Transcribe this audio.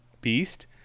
Beast